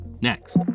next